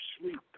sleep